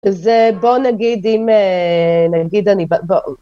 אז בואו נגיד אם, נגיד אני, בואו.